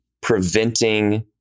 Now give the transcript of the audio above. preventing